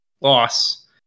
loss